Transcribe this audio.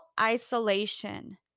isolation